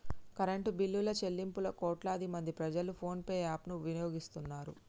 current బిల్లుల చెల్లింపులకు కోట్లాది మంది ప్రజలు ఫోన్ పే యాప్ ను వినియోగిస్తున్నరు